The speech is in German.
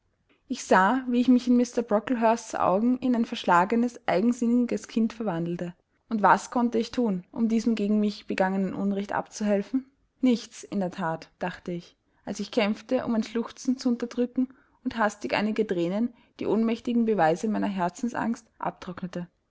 ich sah wie ich mich in mr brocklehurst's augen in ein verschlagenes eigensinniges kind verwandelte und was konnte ich thun um diesem gegen mich begangenen unrecht abzuhelfen nichts in der that dachte ich als ich kämpfte um ein schluchzen zu unterdrücken und hastig einige thränen die ohnmächtigen beweise meiner herzensangst abtrocknete